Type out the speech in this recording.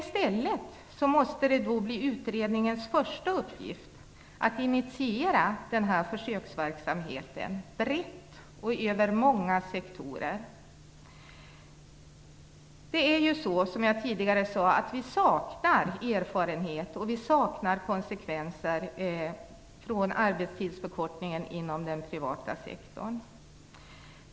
I stället måste det bli utredningens första uppgift att initiera denna försöksverksamhet brett och över många sektorer. Som jag tidigare sade saknar vi erfarenhet och konsekvenser av arbetstidsförkortning inom den privata sektorn.